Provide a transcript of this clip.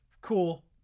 cool